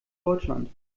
deutschland